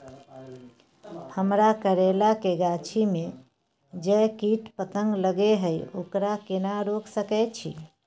हमरा करैला के गाछी में जै कीट पतंग लगे हैं ओकरा केना रोक सके छी?